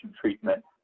treatment